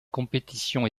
compétition